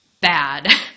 bad